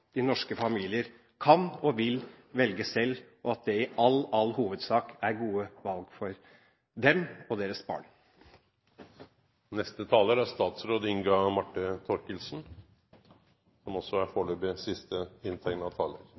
at norske familier kan og vil velge selv, og at det i all hovedsak er gode valg for dem og deres barn. Familier kan og vil velge sjøl, men det er